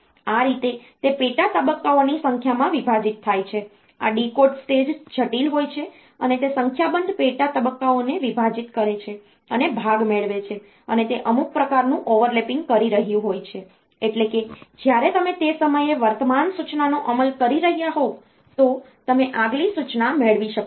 આ રીતે તે પેટા તબક્કાઓની સંખ્યામાં વિભાજિત થાય છે આ ડીકોડ સ્ટેજ જટિલ હોય છે અને તે સંખ્યાબંધ પેટા તબક્કાઓને વિભાજિત કરે છે અને ભાગ મેળવે છે અને તે અમુક પ્રકારનું ઓવરલેપિંગ કરી રહ્યું હોય છે એટલે કે જ્યારે તમે તે સમયે વર્તમાન સૂચનાનો અમલ કરી રહ્યાં હોવ તો તમે આગલી સૂચના મેળવી શકો છો